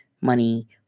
money